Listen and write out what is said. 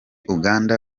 uganda